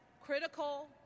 critical